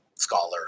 Scholar